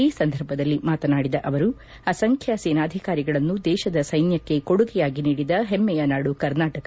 ಈ ಸಂದರ್ಭದಲ್ಲಿ ಮಾತನಾಡಿದ ಅವರು ಅಸಂಖ್ಯ ಸೇನಾಧಿಕಾರಿಗಳನ್ನು ದೇಶದ ಸೈನ್ಯಕ್ಕೆ ಕೊಡುಗೆಯಾಗಿ ನೀಡಿದ ಹೆಮ್ಮೆಯ ನಾದು ಕರ್ನಾಟಕ